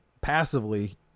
passively